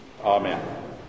Amen